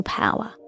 power